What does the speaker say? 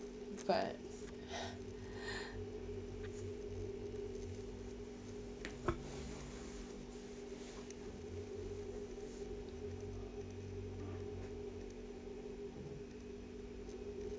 but